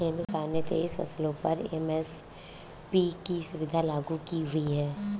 केंद्र सरकार ने तेईस फसलों पर एम.एस.पी की सुविधा लागू की हुई है